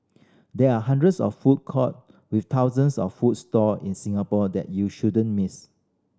there are hundreds of food court with thousands of food stall in Singapore that you shouldn't miss